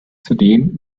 zudem